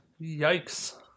Yikes